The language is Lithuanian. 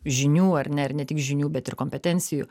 žinių ar ne ir ne tik žinių bet ir kompetencijų